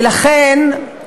ולכן,